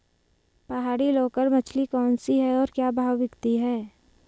पहाड़ी लोकल मछली कौन सी है और क्या भाव बिकती है?